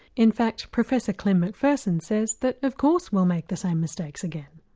in fact, professor klim mcpherson says that of course we'll make the same mistakes again.